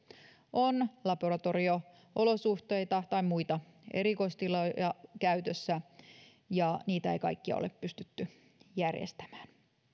on laboratorio olosuhteita tai muita erikoistiloja käytössä ja niitä kaikkia ei ole pystytty järjestämään